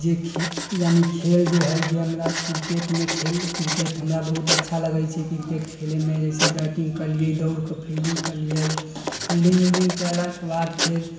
जे खेल यानि खेल जे हय जे हमरा क्रिकेटमे खेल क्रिकेट हमरा बहुत अच्छा लगै छै क्रिकेट खेलैमे जैसे बैटिंग कयलियै दौड़के फील्डिंग कयलियै फील्डिंग उल्डिंग कयलाके बाद फेर